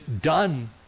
done